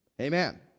Amen